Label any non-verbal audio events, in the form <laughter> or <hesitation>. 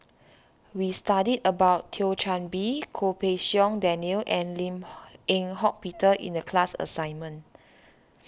we studied about Thio Chan Bee Goh Pei Siong Daniel and Lim <hesitation> Eng Hock Peter in the class assignment